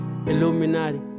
Illuminati